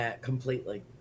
completely